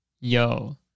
Yo